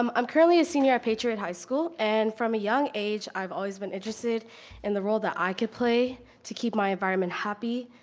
um i'm currently a senior at patriot high school, and from a young age i've always been interested in the role that i could play to keep my environment happy,